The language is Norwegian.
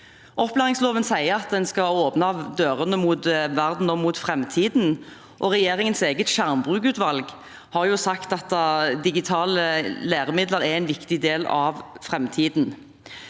Opplæringsloven sier at man skal åpne dørene mot verden og mot framtiden, og regjeringens eget skjermbrukutvalg har sagt at digitale læremidler er en viktig del av framtiden.